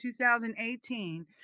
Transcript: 2018